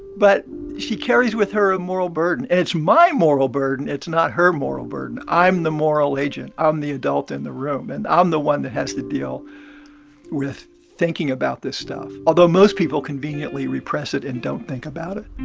but she carries with her a moral burden. and it's my moral burden. it's not her moral burden. i'm the moral agent. i'm the adult in the room. and i'm the one that has to deal with thinking about this stuff. although, most people conveniently repress it and don't think about it